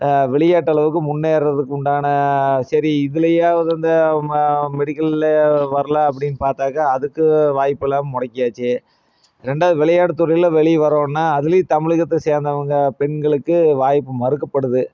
விளையாட்டு அளவுக்கு முன்னேறதுக்கு உண்டான சரி இதுலேயாவது இந்த ம மெடிக்கலில் வரலாம் அப்படினு பார்த்தாக்கா அதுக்கும் வாய்ப்பெலாம் முடக்கியாச்சி ரெண்டாவது விளையாட்டு துறையில் வெளியே வரனோனால் அதுலேயும் தமிழகத்தை சேர்ந்தவங்க பெண்களுக்கு வாய்ப்பு மறுக்கப்படுது